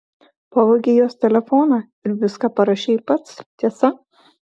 pavogei jos telefoną ir viską parašei pats tiesa